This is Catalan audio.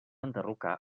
enderrocar